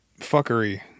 fuckery